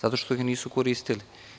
Zato što ih niste koristili.